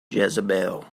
jezebel